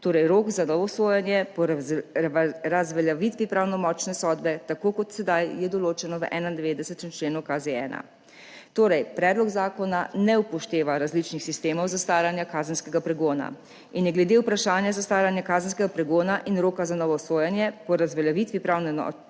torej rok za novo sojenje po razveljavitvi pravnomočne sodbe tako, kot je sedaj določeno v 91. členu KZ-1. Predlog zakona torej ne upošteva različnih sistemov zastaranja kazenskega pregona in je glede vprašanja zastaranja kazenskega pregona in roka za novo sojenje po razveljavitvi pravnomočne sodbe